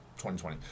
2020